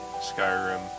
Skyrim